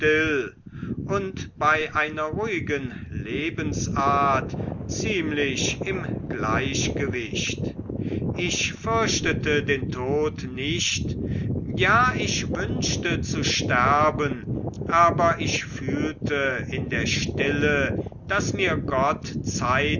und bei einer ruhigen lebensart ziemlich im gleichgewicht ich fürchtete den tod nicht ja ich wünschte zu sterben aber ich fühlte in der stille daß mir gott zeit